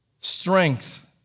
strength